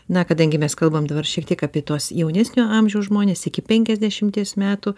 na kadangi mes kalbam dabar šiek tiek apie tuos jaunesnio amžiaus žmones iki penkiasdešimties metų